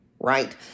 right